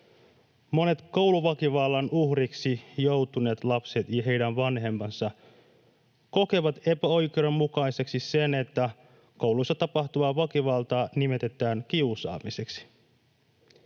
Monet kouluväkivallan uhreiksi joutuneet lapset ja heidän vanhempansa kokevat epäoikeudenmukaiseksi sen, että kouluissa tapahtuvaa väkivaltaa nimitetään kiusaamiseksi.